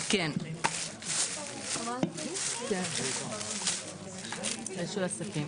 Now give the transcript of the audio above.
עוד מישהו הערה?